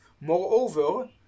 Moreover